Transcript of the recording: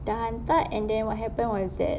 sudah hantar and then what happened was that